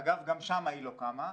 אגב, גם שם היא לא קמה.